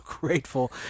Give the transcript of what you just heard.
grateful